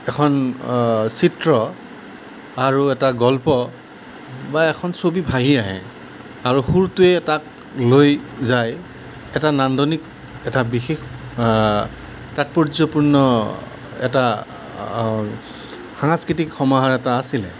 এখন চিত্ৰ আৰু এটা গল্প বা এখন ছবি ভাহি আহে আৰু সুৰটোৱে তাক লৈ যায় এটা নান্দনিক এটা বিশেষ তাৎপৰ্যপূৰ্ণ এটা সাংস্কৃতিক সমাহাৰ এটা আছিলে